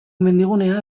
mendigunea